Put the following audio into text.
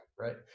Right